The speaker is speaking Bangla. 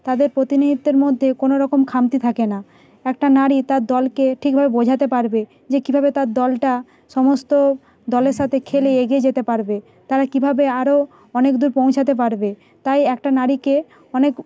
তাদের প্রতিনিধিত্বর মধ্যে কোনো রকম খামতি থাকে না একটি নারী তার দলকে ঠিকভাবে বোঝাতে পারবে যে কীভাবে তার দলটা সমস্ত দলের সাথে খেলে এগিয়ে যেতে পারবে তারা কীভাবে আরও অনেক দূর পৌঁছতে পারবে তাই একটি নারীকে অনেক